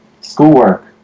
schoolwork